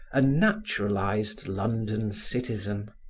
a naturalized london citizen.